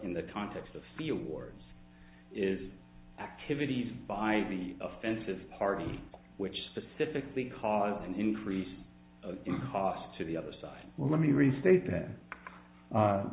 in the context of the awards is activities by the offensive party which specifically cause an increase in cost to the other side well let me restate th